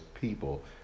people